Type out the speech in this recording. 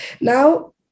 Now